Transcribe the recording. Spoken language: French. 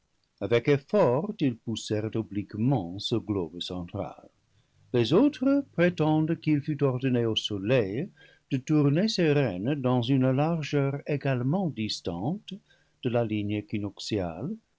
avec effort ils poussèrent obliquement ce globe central les autres prétendent qu'il fut ordonné au soleil de tourner ses rênes dans une largeur également distante de la ligne